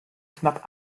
knapp